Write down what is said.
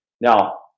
Now